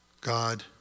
God